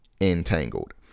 entangled